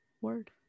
word